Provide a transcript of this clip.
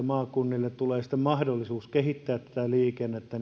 maakunnille tulee mahdollisuus kehittää tätä liikennettä